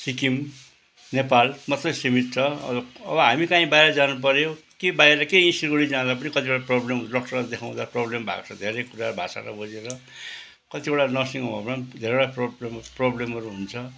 सिक्किम नेपाल मात्रै सिमित छ अब हामी काहीँ बाहिर जानुपऱ्यो के बाहिर के यहीँ सिलगढी जाँदा पनि कतिवटा प्रब्लम डक्टर देखाउँदा प्रब्लम भएको छ धेरै कुरा भाषा नबुझेर कतिवटा नर्सिङ होममा पनि धेरैवटा प्रब्लमहरू हुन्छ